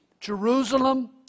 Jerusalem